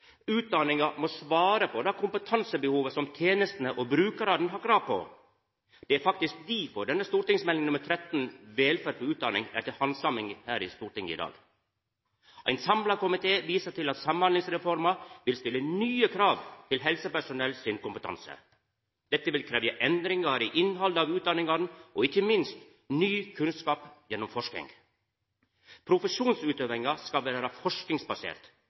Utdanninga må svara på det kompetansebehovet som tenestene og brukarane har krav på. Det er faktisk difor Meld. St. 13 Utdanning for velferd er til handsaming her i Stortinget i dag. Ein samla komité viser til at Samhandlingsreforma vil stilla nye krav til helsepersonell sin kompetanse. Dette vil krevja endringar i innhaldet av utdanningane og ikkje minst ny kunnskap gjennom forsking. Profesjonsutøvinga skal vera forskingsbasert,